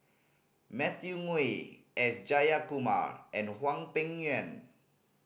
Matthew Ngui S Jayakumar and Hwang Peng Yuan